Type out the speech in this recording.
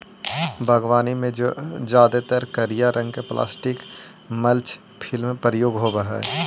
बागवानी में जादेतर करिया रंग के प्लास्टिक मल्च फिल्म प्रयोग होवऽ हई